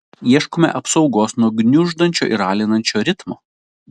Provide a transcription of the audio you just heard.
ieškome apsaugos nuo gniuždančio ir alinančio ritmo